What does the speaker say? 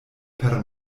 per